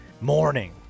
morning